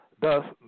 Thus